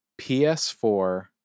PS4